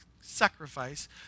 sacrifice